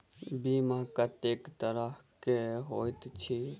बीमा कत्तेक तरह कऽ होइत छी?